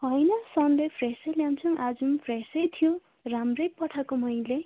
होइन सन्डे फ्रेसै ल्याउँछुम् आज पनि फ्रेसै थियो राम्रै पठाएको मैले